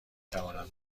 توانم